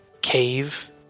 cave